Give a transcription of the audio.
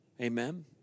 Amen